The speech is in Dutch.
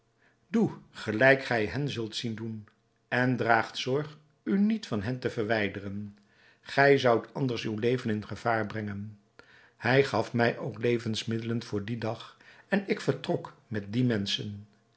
doe gelijk gij hen zult zien doen en draag zorg u niet van hen te verwijderen gij zoudt anders uw leven in gevaar brengen hij gaf mij ook levensmiddelen voor dien dag en ik vertrok met die menschen